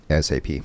SAP